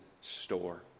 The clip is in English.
store